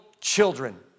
children